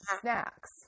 snacks